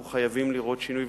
אנחנו חייבים לראות שינוי,